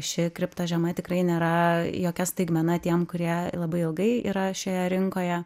ši kripto žiema tikrai nėra jokia staigmena tiems kurie labai ilgai yra šioje rinkoje